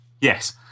Yes